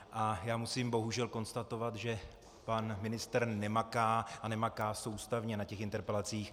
A já musím bohužel konstatovat, že pan ministr nemaká a nemaká soustavně na těch interpelacích.